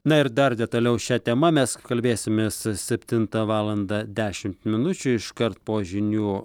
na ir dar detaliau šia tema mes kalbėsimės septintą valandą dešimt minučių iškart po žinių